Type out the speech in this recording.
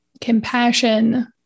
compassion